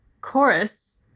chorus